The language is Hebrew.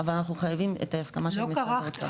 אבל אנחנו חייבים את ההסכמה של משרד האוצר.